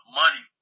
money